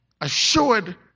assured